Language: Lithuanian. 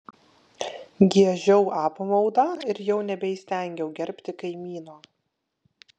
giežiau apmaudą ir jau nebeįstengiau gerbti kaimyno